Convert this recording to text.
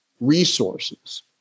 resources